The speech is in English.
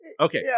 Okay